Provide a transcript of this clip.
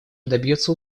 добьется